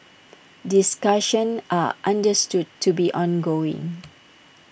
discussions are understood to be ongoing